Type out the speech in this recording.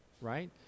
right